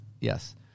Yes